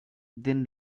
then